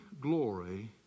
glory